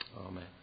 Amen